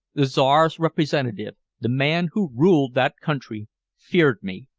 the czar's representative the man who ruled that country feared me,